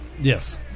Yes